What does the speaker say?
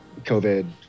COVID